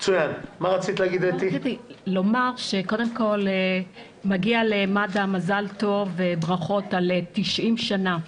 רציתי לומר שקודם כל מגיע למד"א מזל טוב וברכות על 90 שנה.